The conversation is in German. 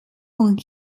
von